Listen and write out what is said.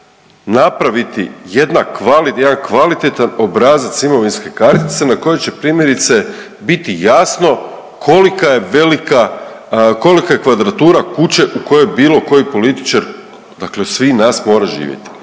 napraviti jedan kvalitetan obrazac imovinske kartice na kojoj će primjerice, biti jasno kolika je velika, kolika je kvadratura kuće u kojoj bilo koji političar, dakle svi nas mora živjeti?